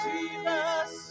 Jesus